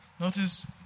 Notice